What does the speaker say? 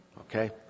Okay